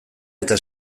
eta